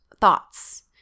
thoughts